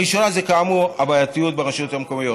הראשונה זה כאמור הבעייתיות ברשויות המקומיות,